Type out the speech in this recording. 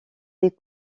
des